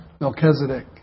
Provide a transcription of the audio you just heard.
Melchizedek